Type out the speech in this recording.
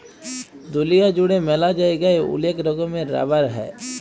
দুলিয়া জুড়ে ম্যালা জায়গায় ওলেক রকমের রাবার হ্যয়